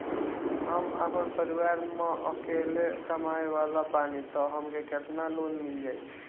हम आपन परिवार म अकेले कमाए वाला बानीं त हमके केतना लोन मिल जाई?